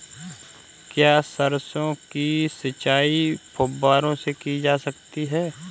क्या सरसों की सिंचाई फुब्बारों से की जा सकती है?